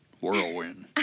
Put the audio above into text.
Whirlwind